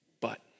but